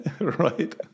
Right